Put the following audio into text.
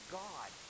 god